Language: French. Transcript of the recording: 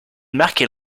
marquait